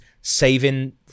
saving